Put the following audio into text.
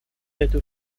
эту